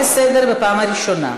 אני קוראת אותך לסדר בפעם הראשונה.